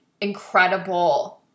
incredible